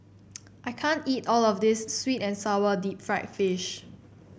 I can't eat all of this sweet and sour Deep Fried Fish